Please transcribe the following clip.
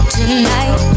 Tonight